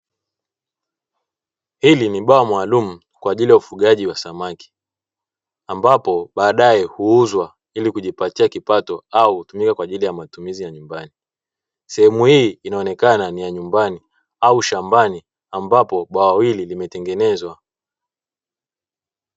Hili ni bwawa mwalimu kwa ajili ya ufugaji wa samaki ambapo baadaye huuzwa ili kujipatia kipato au utumie kwa ajili ya matumizi ya nyumbani. Sehemu hii inaonekana ni ya nyumbani au shambani ambapo bwawa ili limetengenezwa.